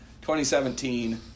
2017